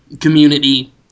community